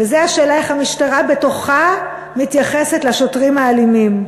וזה השאלה איך המשטרה בתוכה מתייחסת לשוטרים האלימים.